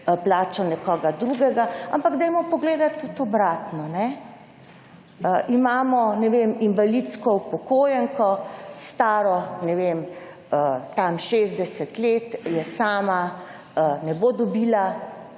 nekoga drugega. Ampak dajmo pogledat tudi obratno. Imamo, recimo, invalidsko upokojenko, staro okoli 60 let, je sama, ne bo dobila